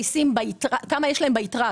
וכמה יש להם ביתרה.